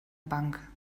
bank